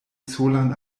solan